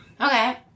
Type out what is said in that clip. Okay